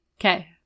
Okay